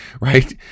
right